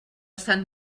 sant